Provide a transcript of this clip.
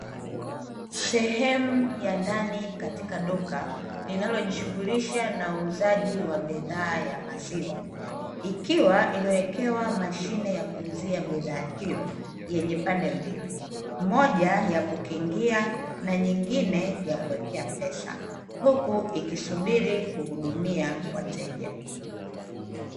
Sehemu ya ndani katika duka linalo jishughulisha na uuzaji wa bidhaa ya maziwa, ikiwa imewekewa mashine ya kuuzia bidhaa hiyo yenye pande mbili mojaa ya kukingia na nyengine ya kuwekea pesa huku ikisubiri kuhudumia wateja.